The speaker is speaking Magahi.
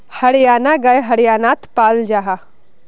हरयाना गाय हर्यानात पाल जाहा